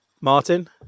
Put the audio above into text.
Martin